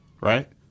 Right